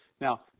Now